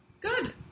Good